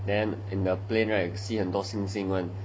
then in the plane right see 很多星星 [one]